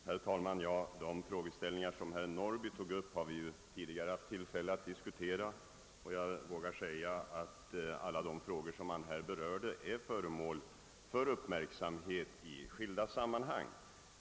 Herr talman! De frågeställningar som herr Norrby tog upp har vi tidigare haft tillfälle att diskutera. Jag vågar säga att alla dessa frågor är föremål för uppmärksamhet i skilda sammanhang.